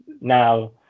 now